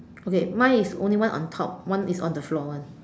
okay mine is only one on top one is on the floor [one]